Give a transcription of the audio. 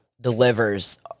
delivers